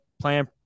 playing